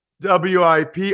WIP